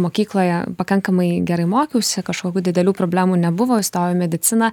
mokykloje pakankamai gerai mokiausi kažkokių didelių problemų nebuvo įstojau į mediciną